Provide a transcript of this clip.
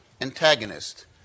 antagonist